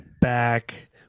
back